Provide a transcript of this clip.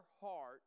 heart